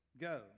Go